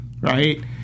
right